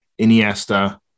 Iniesta